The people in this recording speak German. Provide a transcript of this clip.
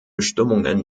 bestimmungen